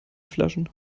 flaschen